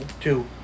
Two